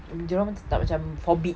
dia orang tak macam forbid